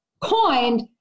coined